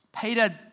Peter